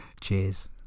cheers